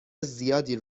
زیادی